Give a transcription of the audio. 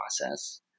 process